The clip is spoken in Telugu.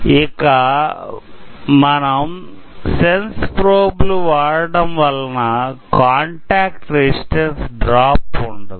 ఇక మనం సెన్స్ ప్రోబ్లు వాడటం వలన కాంటాక్ట్ రెసిస్టెన్స్ డ్రాప్ ఉండదు